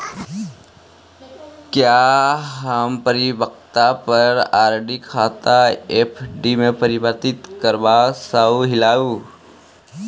क्या हम परिपक्वता पर आर.डी खाता एफ.डी में परिवर्तित करवा सकअ हियई